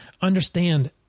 Understand